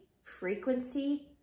frequency